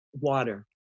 water